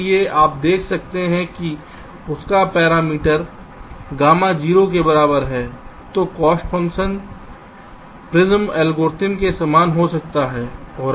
इसलिए आप देख सकते हैं कि आपका पैरामीटर गामा 0 के बराबर है तो cost function Prim's algorithm Prim's algorithm के समान हो जाता है